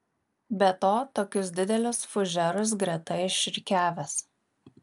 be to tokius didelius fužerus greta išrikiavęs